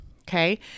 Okay